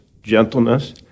gentleness